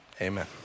Amen